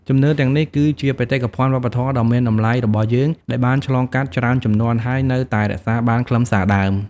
ជំនឿទាំងនេះគឺជាបេតិកភណ្ឌវប្បធម៌ដ៏មានតម្លៃរបស់យើងដែលបានឆ្លងកាត់ច្រើនជំនាន់ ហើយនៅតែរក្សាបានខ្លឹមសារដើម។